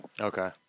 Okay